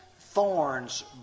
thorns